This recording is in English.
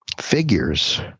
figures